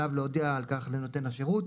עליו להודיע על כך לנותן השירות